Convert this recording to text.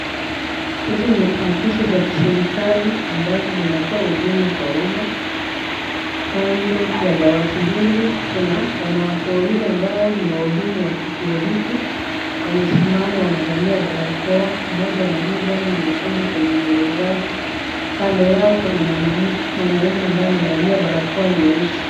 Hizi ni afisi za kiserikali ambazo zinatoa huduma kwa umma. Kando ya dawati hili kuna wanawake wawili ambao ni wahudumu wa kituo hiki. Wamesimama wamevalia barakoa. Mmoja ana ribbon nyekundu kwenye nywele zake. Kando yao kuna mwanaume ambaye amevalia barakoa nyeusi.